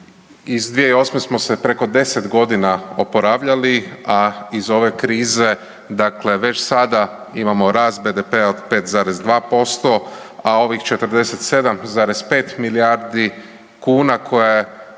iz 2008. smo se preko 10.g. oporavljali, a iz ove krize dakle već sada imamo rast BDP-a od 5,2%, a ovih 47,5 milijardi kuna koju